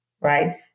right